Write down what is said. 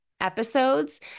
episodes